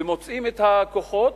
מוציאים את הכוחות,